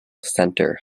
centre